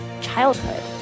childhood